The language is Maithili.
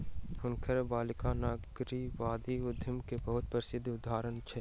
हुनकर बालिका नारीवादी उद्यमी के बहुत प्रसिद्ध उदाहरण छली